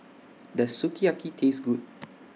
Does Sukiyaki Taste Good